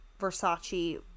Versace